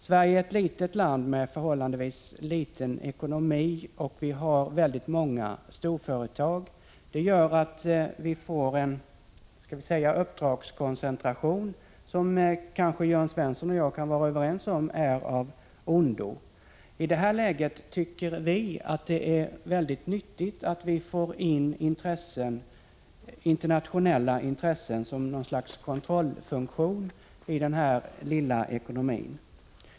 Sverige är ett litet land med förhållandevis många storföretag. Detta gör att vi får en uppdragskoncentration, som kanske Jörn Svensson och jag kan vara överens om är av ondo. I det läget tycker vi det är nyttigt att vi får in internationella intressen som något slags kontrollfunktion i vår ekonomi.